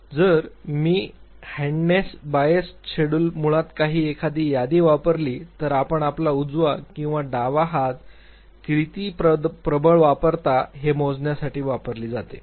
तर जर मी हँडनेस बायस्ड शेड्यूल मुळात एखादी यादी वापरली तर आपण आपला उजवा किंवा डावा हात किती प्रबळ वापरता हे मोजण्यासाठी वापरली जाते